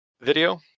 video